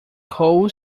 coal